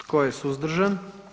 Tko je suzdržan?